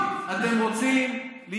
אם זה היה חל על ערוץ הכנסת.